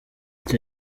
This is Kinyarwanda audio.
icyo